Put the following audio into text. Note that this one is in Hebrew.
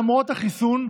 למרות החיסון,